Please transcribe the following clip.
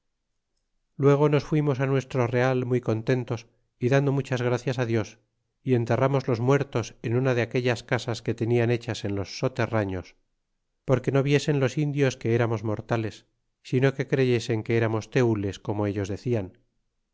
luego nos fuimos nuestro real muy contentos y dando muchas gracias dios y enterramos los muertos en una de aquellas casas que tenian hechas en los soterraños porque no viesen los indios que eramos mortales sino que creyesen que eramos tenles como ellos decian